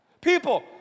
People